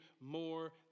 more